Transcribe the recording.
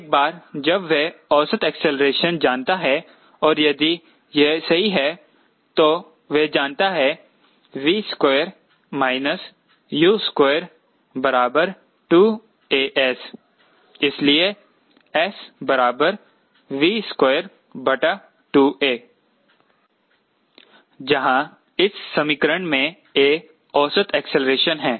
एक बार जब वह औसत एक्सेलरेशन जानता है और यदि यह सही है तो वह जानता है 𝑉2 𝑈2 2𝑎𝑠 इसलिए s V22a जहां इस समीकरण में a औसत एक्सेलरेशन है